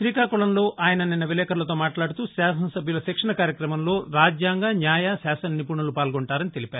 శ్రీకాకుళంలో నిన్న ఆయన విలేకరులతో మాట్లాడుతూ శాసన సభ్యుల శిక్షణ కార్యక్రమంలో రాజ్యాంగ న్యాయ శాసన నిపుణులు పాల్గొంటారని తెలిపారు